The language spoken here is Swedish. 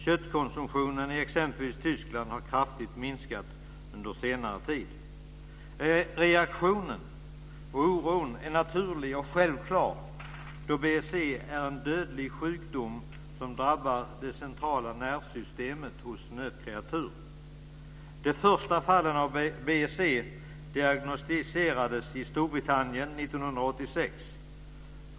Köttkonsumtionen i t.ex. Tyskland har kraftigt minskat under senare tid. Reaktionen och oron är naturlig och självklar då BSE är en dödlig sjukdom som drabbar det centrala nervsystemet hos nötkreatur. De första fallen av BSE diagnostiserades i Storbritannien 1986.